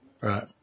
Right